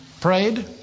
prayed